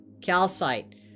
Calcite